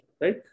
right